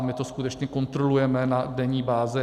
My to skutečně kontrolujeme na denní bázi.